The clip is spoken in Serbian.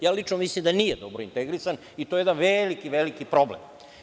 Ja lično mislim da nije dobro integrisan i to je jedan veliki problem.